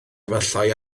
efallai